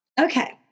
Okay